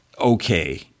okay